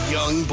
Young